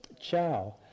Ciao